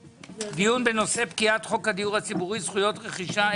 דיון בנושא פקיעת חוק הדיור הציבורי (זכויות רכישה),